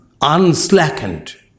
unslackened